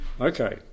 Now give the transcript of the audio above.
Okay